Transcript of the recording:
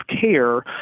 care